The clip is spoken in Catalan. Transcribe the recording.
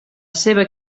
seva